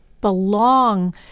belong